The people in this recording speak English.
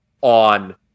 on